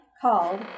called